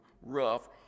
rough